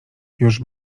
już